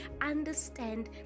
understand